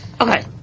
Okay